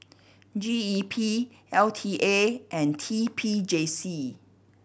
G E P L T A and T P J C